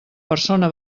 persona